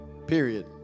period